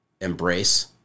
Embrace